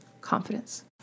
Confidence